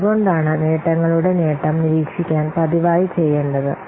അതുകൊണ്ടാണ് നേട്ടങ്ങളുടെ നേട്ടം നിരീക്ഷിക്കാൻ പതിവായി ചെയ്യേണ്ടത്